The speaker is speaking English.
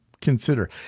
consider